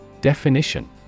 Definition